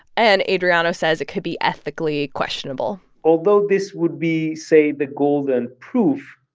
and adriano says it could be ethically questionable although this would be, say, the golden proof,